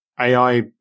AI